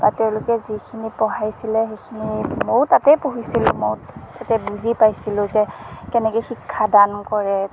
আৰু তেওঁলোকে যিখিনি পঢ়াইছিলে সেইখিনি ময়ো তাতে পঢ়িছিলোঁ মই তাতে বুজি পাইছিলোঁ যে কেনেকৈ শিক্ষাদান কৰে